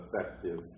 effective